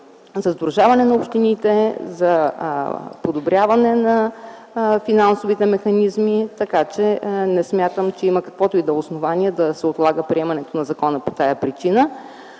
за сдружаване на общините, за подобряване на финансовите механизми, така че не смятам, че има каквото и да е основание да се отлага приемането на закона по тази причина.